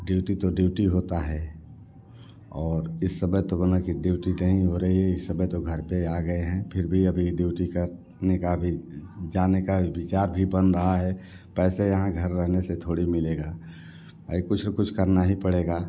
duty तो duty होती है और इस समय तो मतलब कि ड्यूटी नहीं हो रही इस समय तो घर पर आ गए हैं फिर भी अभी ड्यूटी करने का अभी जाने का विचार भी बन रहा है पैसे यहाँ घर रहने से थोड़ी मिलेगा अरे कुछ न कुछ करना ही पड़ेगा